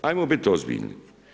Ajmo biti ozbiljni.